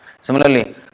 Similarly